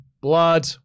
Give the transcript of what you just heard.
blood